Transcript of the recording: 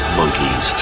monkeys